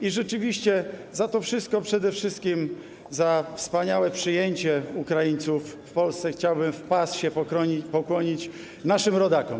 I rzeczywiście za to wszystko, przede wszystkim za wspaniałe przyjęcie Ukraińców w Polsce, chciałbym w pas się pokłonić naszym rodakom.